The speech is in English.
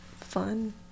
fun